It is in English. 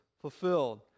fulfilled